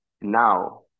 now